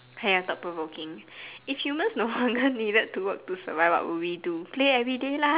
hey ya thought provoking if humans no longer needed to work to survive what would we do play everyday lah